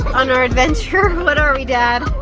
on our adventure what are we dad?